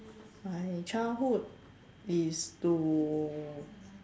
my childhood is to